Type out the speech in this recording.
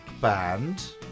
band